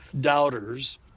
doubters